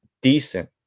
decent